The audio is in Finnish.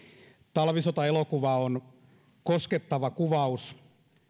talvisota elokuva on koskettava kuvaus